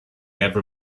ever